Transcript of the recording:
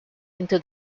into